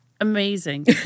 amazing